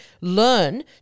learn